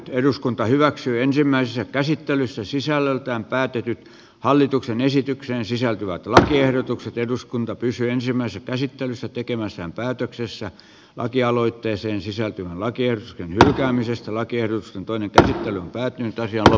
eduskunta hyväksyi ensimmäisessä käsittelyssä sisällöltään päätyikin hallituksen esitykseen sisältyvät lakiehdotukset eduskunta pyysi ensimmäisen käsittelyssä tekemässään päätöksessä lakialoitteeseen sisältyvä lakers kohtaamisesta laki edustan toimintaa tai toisia